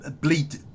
bleed